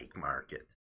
market